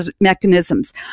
mechanisms